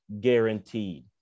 guaranteed